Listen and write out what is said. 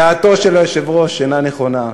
דעתו של היושב-ראש אינה נכונה.